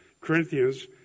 Corinthians